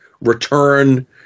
return